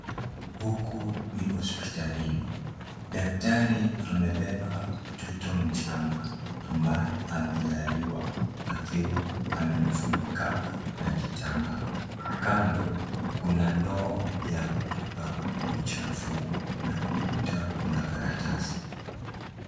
Huku ni hosipitalini. Daktari amebeba mtoto mchanga, ambaye amezaliwa, akiwa amemfunika na kitambaa. Kando, kuna ndoo ya kutuba uchafu, na ukuta kuna karatasi.